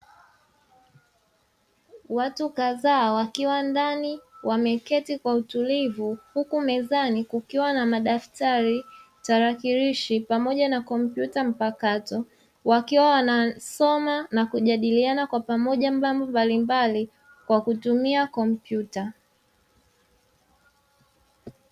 Watu kadhaa wakiwa ndani wameketi kwa utulivu huku mezani kukiwa na madaftari, tarakirishi pamoja na kompyuta mpakato, wakiwa wanasoma na kujadiliana kwa pamoja mambo mbalimbali kwa kutumia kompyuta.